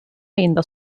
ayında